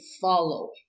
follow